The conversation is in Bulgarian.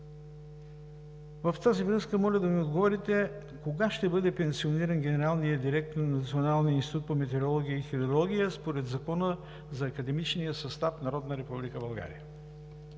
В тази връзка моля да ми отговорите: кога ще бъде пенсиониран генералният директор на Националния институт по метеорология и хидрология според Закона за развитието на академичния състав в Република България?